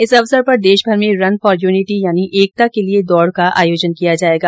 इस अवसर पर देशभर में रन फोर यूनिटी यानि एकता के लिये दौड का आयोजन किया जायेगा